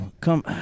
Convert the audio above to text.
Come